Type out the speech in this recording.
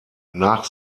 nach